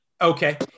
Okay